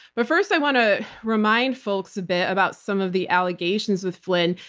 but first i want to remind folks a bit about some of the allegations with flynn,